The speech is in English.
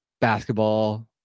basketball